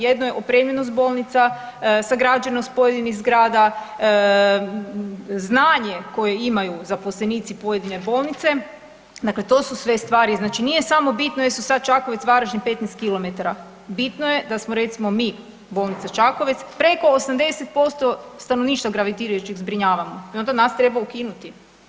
Jedno je opremljenost bolnica, sagrađenost pojedinih zgrada, znanje koje imaju zaposlenici pojedine bolnice, dakle to su sve stvari, znači nije samo bitno jel su sad Čakovec-Varaždin 15 km, bitno je da smo recimo mi, bolnica Čakovec preko 80% stanovništva gravitirajućeg zbrinjavamo, i onda nas trena ukinuti?